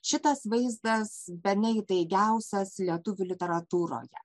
šitas vaizdas bene įtaigiausias lietuvių literatūroje